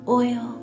oil